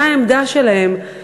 מה העמדה שלהם.